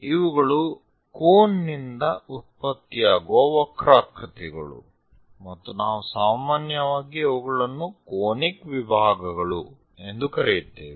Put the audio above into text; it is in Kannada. ಇವುಗಳು ಕೋನ್ನಿಂದ ಉತ್ಪತ್ತಿಯಾಗುವ ವಕ್ರಾಕೃತಿಗಳು ಮತ್ತು ನಾವು ಸಾಮಾನ್ಯವಾಗಿ ಅವುಗಳನ್ನು ಕೋನಿಕ್ ವಿಭಾಗಗಳು ಎಂದು ಕರೆಯುತ್ತೇವೆ